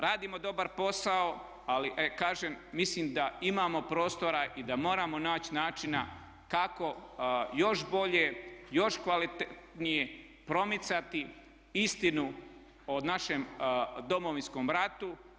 Radimo dobar posao ali kažem mislim da imamo prostora i da moramo naći načina kako još bolje, još kvalitetnije promicati istinu o našem Domovinskom ratu.